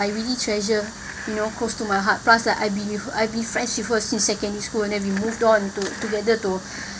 I really treasure you know close to my heart plus uh I believe I be friends with her first since secondary school and then we moved on to together to